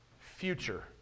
future